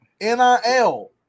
NIL